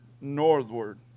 northward